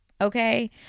Okay